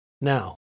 Now